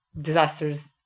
disasters